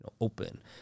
open